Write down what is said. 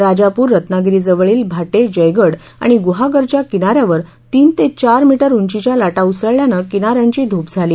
राजापूर रत्नागिरीजवळील भाट्ये जयगड आणि गुहागरच्या किनाऱ्यावर तीन ते चार मीटर उंचीच्या लाटा उसळल्यानं किनाऱ्यांची धूप झाली